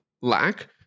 lack